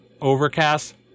Overcast